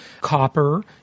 copper